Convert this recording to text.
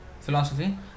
philosophy